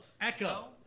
Echo